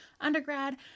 undergrad